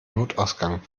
notausgang